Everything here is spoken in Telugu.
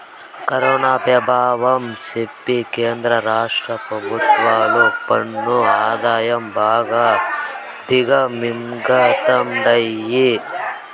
కరోనా పెభావం సెప్పి కేంద్ర రాష్ట్ర పెభుత్వాలు పన్ను ఆదాయం బాగా దిగమింగతండాయి